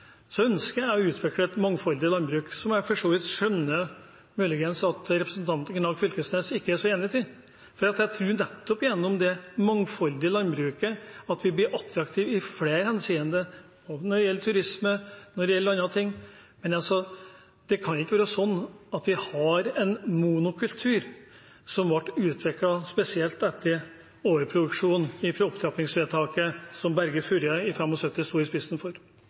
ønsker å utvikle et mangfoldig landbruk. Jeg skjønner at representanten Knag Fylkesnes muligens ikke er så enig i det, for jeg tror at vi nettopp gjennom det mangfoldige landbruket blir attraktive i flere henseende, når det gjelder turisme, og når det gjelder andre ting. Men det kan ikke være sånn at vi har en monokultur som den som ble utviklet spesielt etter overproduksjonen fra opptrappingsvedtaket som Berge Furre sto i spissen for